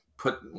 Put